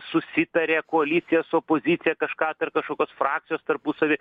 susitaria koalicija su opozicija kažką tai ar kažkokios frakcijos tarpusavy